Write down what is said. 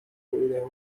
إلى